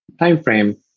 timeframe